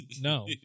No